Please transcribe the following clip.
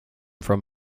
from